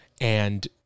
and-